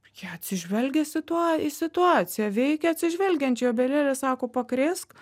jie atsižvelgia situa į situaciją veikia atsižvelgiančiai obelėle sako pakrėsk